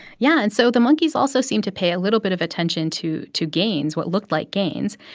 yeah. and so the monkeys also seemed to pay a little bit of attention to to gains, what looked like gains.